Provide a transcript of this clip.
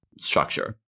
structure